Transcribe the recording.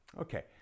Okay